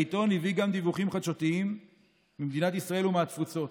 העיתון הביא גם דיווחים חדשותיים ממדינת ישראל ומהתפוצות.